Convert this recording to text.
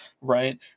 Right